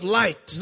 light